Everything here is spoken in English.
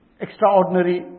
extraordinary